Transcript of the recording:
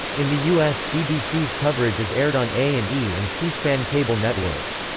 in the us, bbc's coverage is aired on a and e and cspan cable networks.